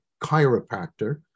chiropractor